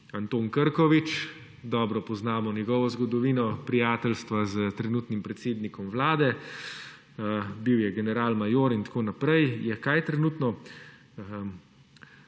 Anton Krkovič, dobro poznamo njegovo zgodovino prijateljstva s trenutnim predsednikom Vlade, bil je general, major in tako naprej. Je kaj trenutno?